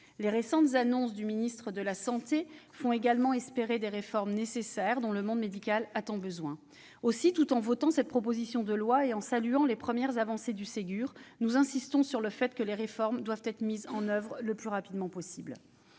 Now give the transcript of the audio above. Les récentes annonces du ministre de la santé font également espérer des réformes nécessaires dont le monde médical a tant besoin. Aussi, tout en votant cette proposition de loi et en saluant les premières avancées du Ségur, nous insistons sur le fait que les réformes doivent être mises en oeuvre au plus vite.